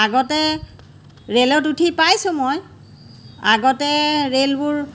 আগতে ৰেলত উঠি পাইছোঁ মই আগতে ৰেলবোৰ